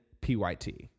PYT